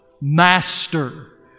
master